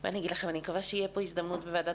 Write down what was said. אני מקווה שיהיה פה הזדמנות בוועדת